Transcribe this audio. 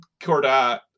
cordat